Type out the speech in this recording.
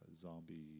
zombie